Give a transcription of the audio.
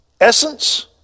essence